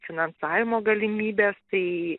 finansavimo galimybes tai